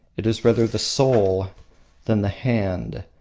it is rather the soul than the hand,